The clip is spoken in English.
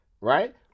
Right